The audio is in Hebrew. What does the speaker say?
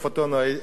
הייתי מעדיף,